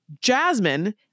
Jasmine